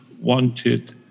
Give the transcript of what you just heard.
wanted